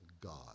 God